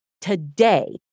today